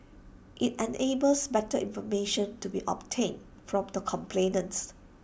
IT enables better information to be obtained from the complainant